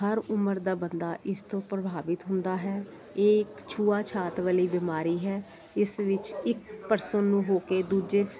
ਹਰ ਉਮਰ ਦਾ ਬੰਦਾ ਇਸ ਤੋਂ ਪ੍ਰਭਾਵਿਤ ਹੁੰਦਾ ਹੈ ਇਹ ਇੱਕ ਛੂਆ ਛਾਤ ਵਾਲੀ ਬਿਮਾਰੀ ਹੈ ਇਸ ਵਿੱਚ ਇੱਕ ਪਰਸਨ ਨੂੰ ਹੋ ਕੇ ਦੂਜੇ